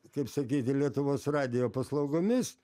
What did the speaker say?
kaip sakyti lietuvos radijo paslaugomis